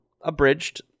abridged